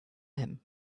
him